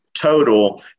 total